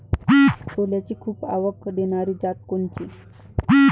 सोल्याची खूप आवक देनारी जात कोनची?